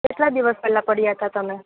કેટલા દિવસ પેલા પડીયા તા તમે